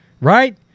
right